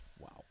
Wow